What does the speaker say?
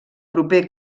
proper